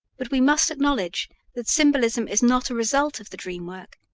but we must acknowledge that symbolism is not a result of the dream work,